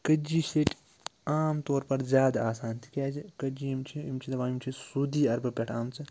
کٔتجہِ چھَِ ییٚتہِ عام طور پَر زیادٕ آسان تِکیٛازِ کٔتجہِ یِم چھِ یِم چھِ دَپان یِم چھِ سعوٗدی عربہٕ پٮ۪ٹھ آمژٕ